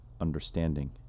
understanding